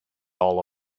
all